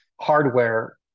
hardware